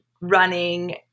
running